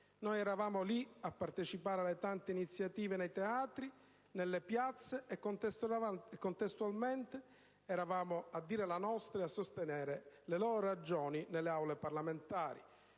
Noi eravamo lì a partecipare alle tante iniziative nei teatri, nelle piazze; contestualmente, eravamo a dire la nostra e a sostenere le loro ragioni nelle Aule parlamentari,